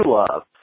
love